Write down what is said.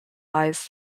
lies